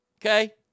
Okay